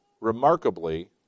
remarkably